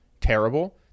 terrible